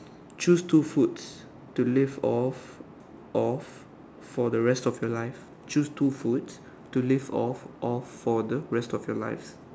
choose two foods to live off of for the rest of your life choose two foods to live off of for the rest of your life